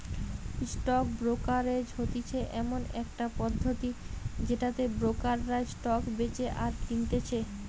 stock brokerage হতিছে এমন একটা পদ্ধতি যেটাতে ব্রোকাররা স্টক বেচে আর কিনতেছে